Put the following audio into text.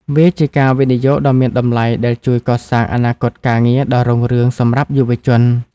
វាជាការវិនិយោគដ៏មានតម្លៃដែលជួយកសាងអនាគតការងារដ៏រុងរឿងសម្រាប់យុវជន។